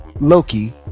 loki